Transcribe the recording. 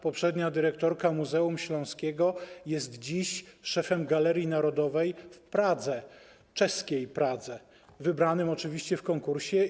Poprzednia dyrektorka Muzeum Śląskiego jest dziś szefem Galerii Narodowej w Pradze - czeskiej Pradze, wybranym oczywiście w konkursie.